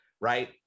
right